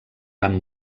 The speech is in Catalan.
van